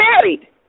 married